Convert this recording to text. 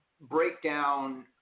breakdown